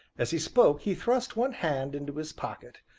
as he spoke he thrust one hand into his pocket,